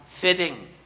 fitting